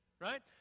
right